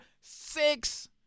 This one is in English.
six